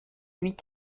huit